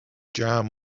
jam